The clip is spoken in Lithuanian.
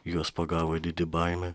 juos pagavo didi baimė